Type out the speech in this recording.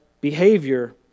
behavior